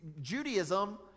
Judaism